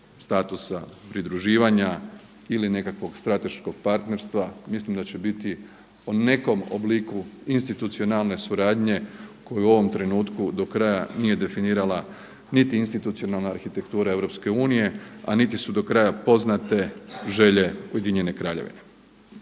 statusa pridruživanja ili nekakvog strateškog partnerstva. Mislim da će bit o nekom obliku institucionalne suradnje koju u ovom trenutku do kraja nije definirala niti institucionalna arhitektura EU, a niti su do kraja poznate želje Ujedinjene Kraljevine.